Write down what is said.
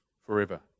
forever